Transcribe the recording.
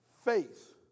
faith